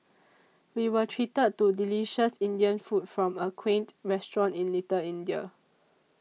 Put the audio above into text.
we were treated to delicious Indian food from a quaint restaurant in Little India